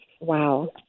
Wow